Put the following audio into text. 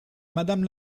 madame